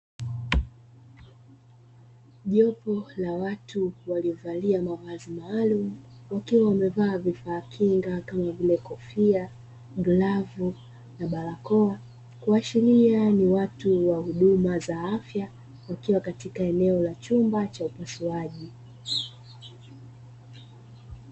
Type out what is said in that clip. Jopo la watu waliovalia mavazi maalumu; wakiwa wamevaa vifaa kinga kama vile kofia, glavu na barakoa, kuashiria ni watu wa huduma za afya wakiwa katika eneo la chumba cha upasuaji.